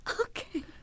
Okay